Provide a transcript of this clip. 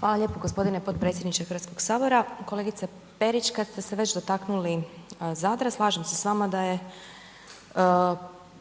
Hvala lijepo gospodine potpredsjedniče Hrvatskoga sabora. Kolegice Perić, kada ste se već dotaknuli Zadra slažem s vama da je